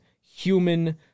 human